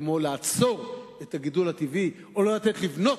כמו לעצור את הגידול הטבעי או לא לתת לבנות,